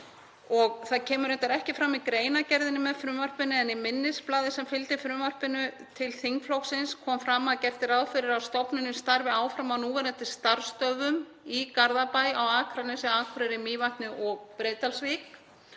Það kemur reyndar ekki fram í greinargerðinni með frumvarpinu en í minnisblaði sem fylgdi frumvarpinu til þingflokksins kom fram að gert er ráð fyrir að stofnunin starfi áfram á núverandi starfsstöðvum í Garðabæ, á Akranesi, Akureyri, Mývatni og Breiðdalsvík.